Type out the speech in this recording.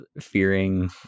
fearing